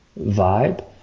vibe